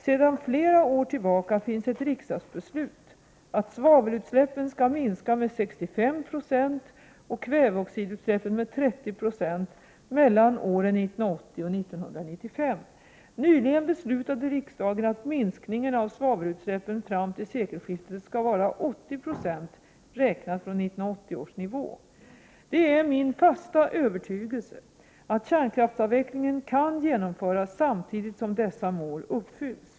Sedan flera år tillbaka finns ett riksdagsbeslut om att svavelutsläppen skall minska med 65 96 och kväveoxidutsläppen med 30 96 mellan åren 1980 och 1995. Nyligen beslutade riksdagen att minskningen av svavelutsläppen fram till sekelskiftet skall vara 80 Zo räknat från 1980 års nivå. Det är min fasta övertygelse att kärnkraftsavvecklingen kan genomföras samtidigt som dessa mål uppnås.